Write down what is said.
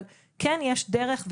אבל כן יש דרך,